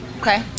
Okay